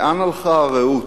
לאן הלכה הרעות,